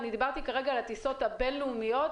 אני מחזקת את מה שאמרת.